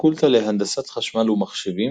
הפקולטה להנדסת חשמל ומחשבים